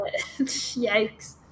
yikes